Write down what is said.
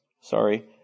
Sorry